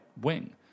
wing